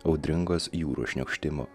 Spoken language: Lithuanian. audringos jūros šniokštimo